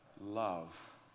love